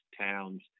towns